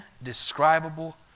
indescribable